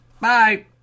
Bye